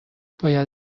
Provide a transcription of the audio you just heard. باید